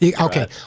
Okay